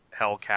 Hellcat